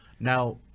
Now